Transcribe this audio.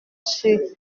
sur